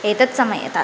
एतत् समये त